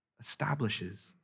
establishes